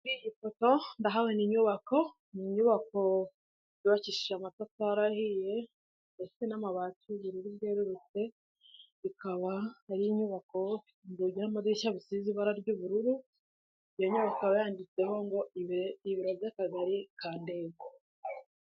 Kuri iyi foto ndahabona inyubako ni inyubako yubakishije amatafari ahiye ndetse n'amabati y'ubururu bwerurutse ikaba ariyo inyubako inzugi n'amadishya bisize ibara ry'ubururu iyo nyubako yanditseho ngo ibiro by'akagari kan Ndego.